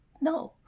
No